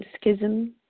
schism